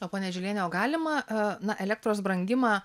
o ponia žiliene o galimą a na elektros brangimą